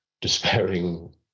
despairing